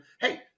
Hey